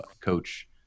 coach